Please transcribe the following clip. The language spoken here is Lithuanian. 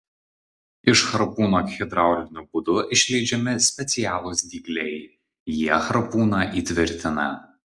iš harpūno hidrauliniu būdu išleidžiami specialūs dygliai jie harpūną įtvirtina